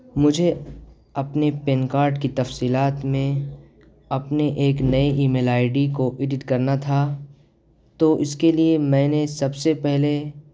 مجھے اپنے PAN card کی تفصیلات میں اپنے ایک نئے ای میل آئی ڈی کو ایڈٹ کرنا تھا تو اس کے لیے میں نے سب سے پہلے